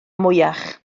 mwyach